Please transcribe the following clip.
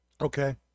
Okay